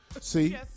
See